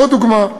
עוד דוגמה.